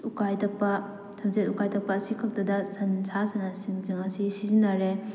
ꯎꯀꯥꯏ ꯇꯛꯄ ꯁꯝꯖꯦꯠ ꯎꯀꯥꯏ ꯇꯛꯄ ꯑꯁꯤ ꯈꯛꯇꯗ ꯁꯟ ꯁꯥ ꯁꯟꯁꯤꯡ ꯑꯁꯤ ꯁꯤꯖꯤꯟꯅꯔꯦ